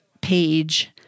page